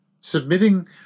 submitting